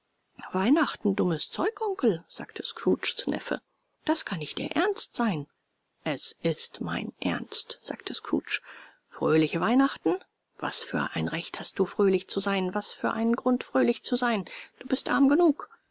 weihnachten dummes zeug onkel sagte scrooges neffe das kann nicht ihr ernst sein es ist mein ernst sagte scrooge fröhliche weihnachten was für ein recht hast du fröhlich zu sein was für einen grund fröhlich zu sein du bist arm genug